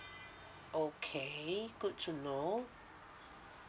okay good to know